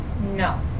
No